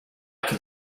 can